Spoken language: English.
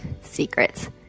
Secrets